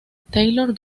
taylor